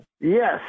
Yes